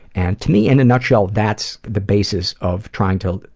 and to me, in a nutshell, that's the basis of trying to,